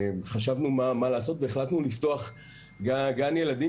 וחשבנו מה לעשות והחלטנו לפתוח גן ילדים